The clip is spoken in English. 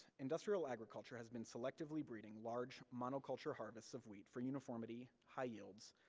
industrial agriculture has been selectively breeding large, monoculture harvests of wheat for uniformity, high yields,